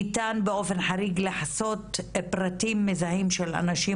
ניתן באופן חריג לחסות פרטים מזהים של אנשים,